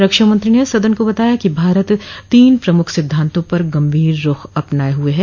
रक्षा मंत्री ने सदन को बताया कि भारत तीन प्रमुख सिद्धांतों पर गंभीर रुख अपनाए हुए है